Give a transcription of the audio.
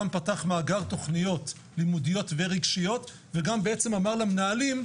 גם פתח מאגר תוכניות לימודיות ורגשיות וגם בעצם אמר למנהלים,